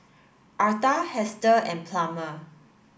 Arta Hester and Plummer